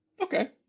Okay